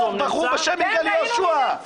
בלוד בחור בשם יגאל יהושע.